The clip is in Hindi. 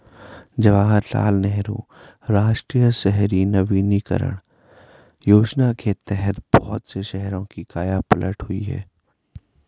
जवाहरलाल नेहरू राष्ट्रीय शहरी नवीकरण योजना के तहत बहुत से शहरों की काया पलट हुई है